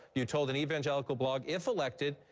you told an evangelical blog, if elected,